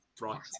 Right